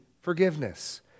forgiveness